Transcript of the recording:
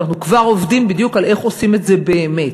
ואנחנו כבר עובדים בדיוק על איך עושים את זה באמת.